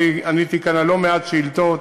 אני עניתי כאן על לא מעט שאילתות.